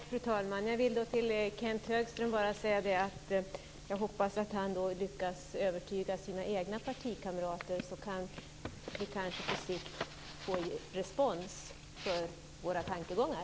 Fru talman! Jag hoppas att Kenth Högström lyckas övertyga sina egna partikamrater, för då kan vi kanske på sikt få respons för våra tankegångar.